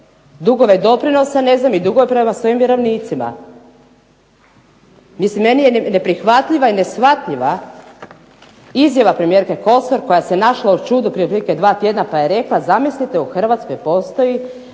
dugove doprinosa ne znam i dugove prema svojim vjerovnicima. Mislim meni je neprihvatljiva i neshvatljiva izjava premijerke Kosor koja se našla u čudi prije otprilike dva tjedna pa je rekla zamislite u Hrvatskoj postoji